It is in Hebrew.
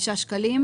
הבסיס.